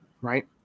right